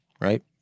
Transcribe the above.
right